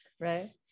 right